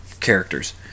characters